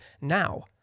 now